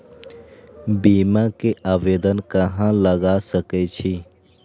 बीमा के आवेदन कहाँ लगा सके छी?